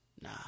Nah